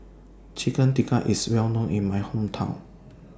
Chicken Tikka IS Well known in My Hometown